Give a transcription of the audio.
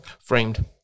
Framed